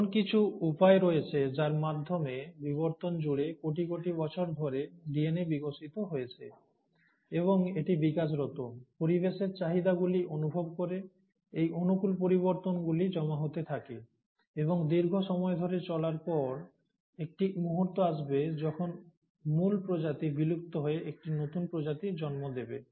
এমন কিছু উপায় রয়েছে যার মাধ্যমে বিবর্তন জুড়ে কোটি কোটি বছর ধরে ডিএনএ বিকশিত হয়েছে এবং এটি বিকাশরত পরিবেশের চাহিদাগুলি অনুভব করে এই অনুকূল পরিবর্তনগুলি জমা হতে থাকে এবং দীর্ঘ সময় ধরে চলার পর একটি মুহূর্ত আসবে যখন মূল প্রজাতি বিলুপ্ত হয়ে একটি নতুন প্রজাতির জন্ম দেবে